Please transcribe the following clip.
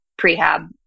prehab